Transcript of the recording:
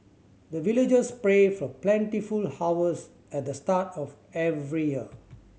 the villagers pray for plentiful harvest at the start of every year